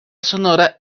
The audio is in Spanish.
sonora